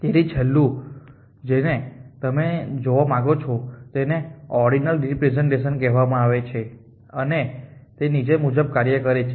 તેથી છેલ્લું જેને તમે જોવા માંગો છો તેને ઓર્ડીનલ રિપ્રેસેંટેશન કહેવામાં આવે છે અને તે નીચે મુજબ કાર્ય કરે છે